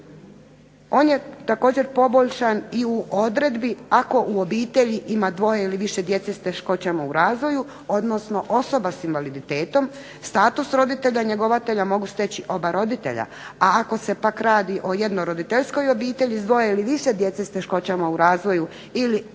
On je također poboljšan i u odredbi ako u obitelj ima dvoje ili više djece s teškoćama u razvoju, odnosno osobama s invaliditetom, status roditelja njegovatelja mogu steći oba roditelja, a ako se pak radi o jednoroditeljskoj obitelji s dvoje ili više djece s teškoćama u razvoju ili